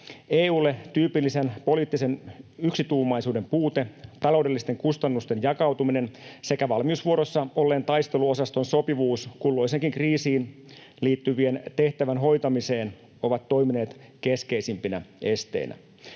EU:lle tyypillisen poliittisen yksituumaisuuden puute, taloudellisten kustannusten jakautuminen sekä valmiusvuorossa olleen taisteluosaston sopivuus kulloiseenkin kriisiin liittyvien tehtävien hoitamiseen ovat toimineet keskeisimpinä esteinä.